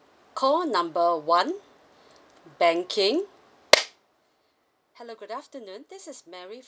call number one banking hello good afternoon this is mary